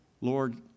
Lord